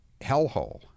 hellhole